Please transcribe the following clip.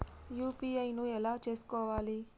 UPI ను ఎలా చేస్కోవాలి?